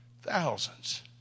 thousands